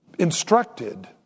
instructed